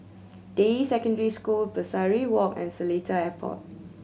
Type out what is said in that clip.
Deyi Secondary School Pesari Walk and Seletar Airport